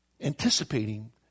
anticipating